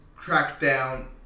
crackdown